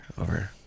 over